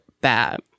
bad